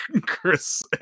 Chris